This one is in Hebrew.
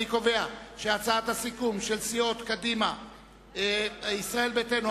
אני קובע שהצעת הסיכום של סיעות ישראל ביתנו,